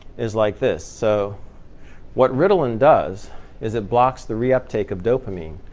is like this. so what ritalin does is it blocks the reuptake of dopamine,